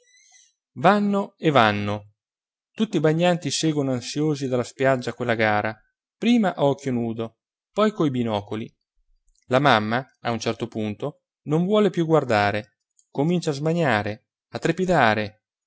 vanno e vanno tutti i bagnanti seguono ansiosi dalla spiaggia quella gara prima a occhio nudo poi coi binocoli la mamma a un certo punto non vuole più guardare comincia a smaniare a trepidare